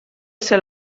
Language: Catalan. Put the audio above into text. ser